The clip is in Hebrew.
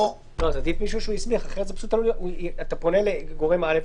עדיף מישהו שהוא הסמיך כי אחרת אתה פונה לגורם א'